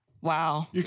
Wow